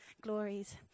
glories